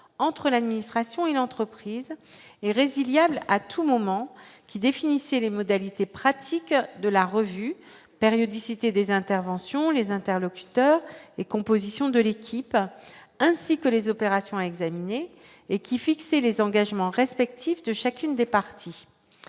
entre l'administration et une entreprise et résilier à tout moment, qui définissait les modalités pratiques de la revue périodicité des interventions les interlocuteurs et composition de l'équipe ainsi que les opérations examiné et qui fixait les engagements respectifs de chacune des parties,